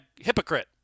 hypocrite